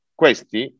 questi